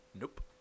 Nope